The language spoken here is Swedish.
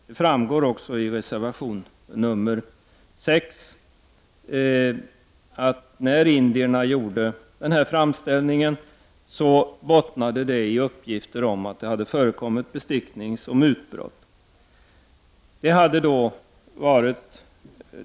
Det framgår också av reservation 6 att indiernas framställning bottnade i uppgifter om att det hade förekommit bestickningsoch mutbrott.